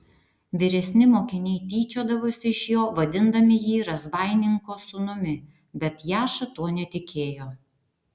vyresni mokiniai tyčiodavosi iš jo vadindami jį razbaininko sūnumi bet jaša tuo netikėjo